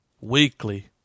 weekly